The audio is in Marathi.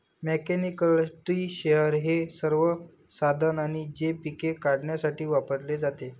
मेकॅनिकल ट्री शेकर हे एक साधन आहे जे पिके काढण्यासाठी वापरले जाते